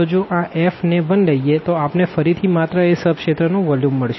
તો જો આ f ને 1 લઈએ તો આપણે ફરીથી માત્ર એ સબ રિજિયન નું વોલ્યુમ મળશે